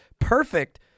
Perfect